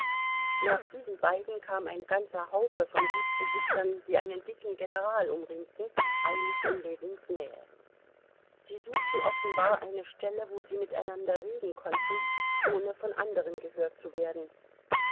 nach diesen beiden kam ein ganzer haufe von gutsbesitzern die einen dicken general umringten eilig in ljewins nähe sie suchten offenbar eine stelle wo sie miteinander reden konnten ohne von anderen gehört zu werden